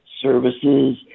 services